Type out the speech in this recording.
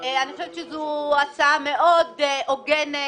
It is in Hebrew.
אני חושבת שזו הצעה מאוד הוגנת,